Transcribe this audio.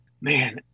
Man